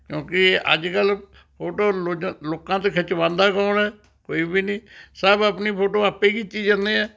ਕਿਉਂਕਿ ਅੱਜ ਕੱਲ੍ਹ ਫੋਟੋ ਲੋਕਾਂ ਲੋਕਾਂ ਤੋਂ ਖਿੱਚਵਾਉਂਦਾ ਕੋਣ ਹੈ ਕੋਈ ਵੀ ਨਹੀਂ ਸਭ ਆਪਣੀ ਫੋਟੋ ਆਪੇ ਹੀ ਖਿੱਚੀ ਜਾਂਦੇ ਹੈ